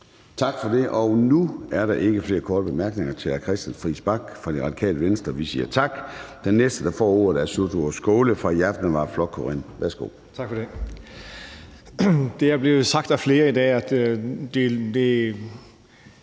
Tak for det. Nu er der ikke flere korte bemærkninger til hr. Christian Friis Bach fra Radikale Venstre. Vi siger tak. Den næste, der får ordet, er Sjúrður Skaale fra Javnaðarflokkurin. Værsgo. Kl. 20:12 (Ordfører) Sjúrður Skaale (JF):